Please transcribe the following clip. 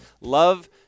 Love